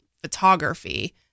photography